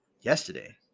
yesterday